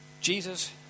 Jesus